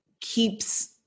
keeps